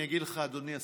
אדוני השר,